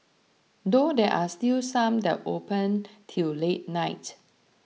though there are still some that open till late night